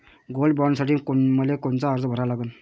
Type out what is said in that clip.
Gold बॉण्डसाठी मले कोनचा अर्ज भरा लागन?